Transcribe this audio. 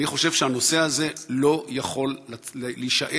אני חושב שהנושא הזה לא יכול להישאר